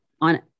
on